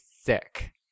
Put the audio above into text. sick